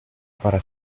para